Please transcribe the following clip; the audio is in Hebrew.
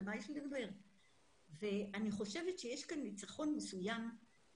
אני חושבת שיש כאן ניצחון של הציונות